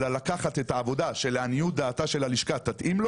אלא לקחת את העבודה שלעניות דעתה של הלשכה תתאים,